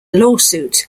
lawsuit